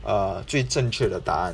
err 最正确的答案